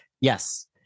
yes